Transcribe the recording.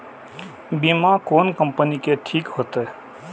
बीमा कोन कम्पनी के ठीक होते?